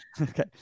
Okay